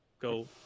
go